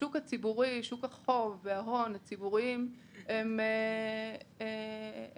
שוק החוב וההון הציבוריים הם אפשרות,